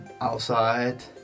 outside